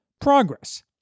progress